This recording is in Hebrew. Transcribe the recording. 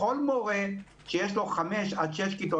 לכל מורה שיש לו 6-5 כיתות,